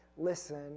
Listen